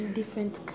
different